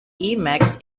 emacs